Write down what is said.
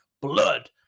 Blood